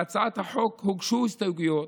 להצעת החוק הוגשו הסתייגויות,